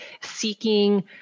seeking